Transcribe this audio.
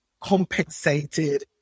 compensated